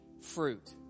Fruit